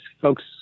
folks